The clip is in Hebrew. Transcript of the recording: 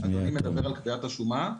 אדוני מדבר על קביעת השומה?